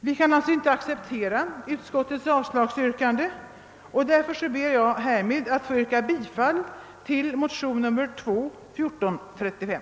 Vi kan därför inte acceptera utskottets avslagsyrkande, och jag ber, herr talman, att få yrka bifall till motionen nr II: 1435.